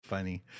funny